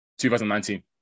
2019